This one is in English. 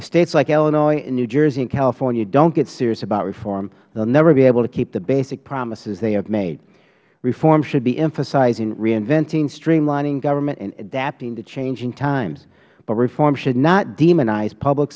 like illinois new jersey and california dont get serious about reform they will never be able to keep the basic promises they have made reform should be emphasizing reinventing streamlining government and adapting to changing times but reform should not demonize public